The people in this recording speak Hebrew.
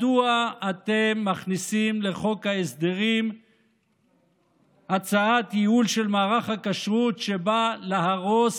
מדוע אתם מכניסים לחוק ההסדרים הצעת ייעול של מערך הכשרות שבאה להרוס